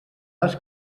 les